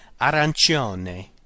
arancione